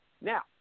Now